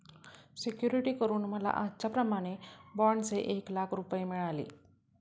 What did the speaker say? security करून मला आजच्याप्रमाणे बाँडचे एक लाख रुपये मिळाले